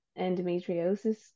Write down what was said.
endometriosis